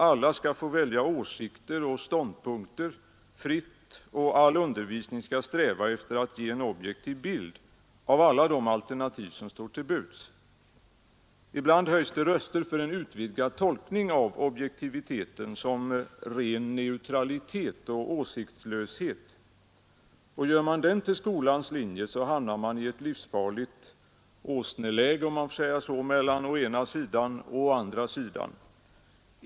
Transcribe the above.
Alla skall få välja åsikter och ståndpunkter fritt, och all undervisning skall sträva efter att ge en objektiv bild av alla de alternativ som står till buds. Ibland höjs det röster för en utvidgad tolkning av objektiviteten som ren neutralitet och åsiktslöshet. Gör man den till skolans linje, hamnar man i ett livsfarligt ”åsneläge” mellan ”å ena sidan” och ”å andra sidan”.